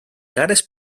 cares